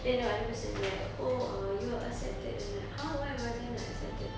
then the other person will be like oh uh you're accepted then I'll be like !huh! why I wasn't accepted